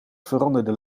veranderde